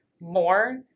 more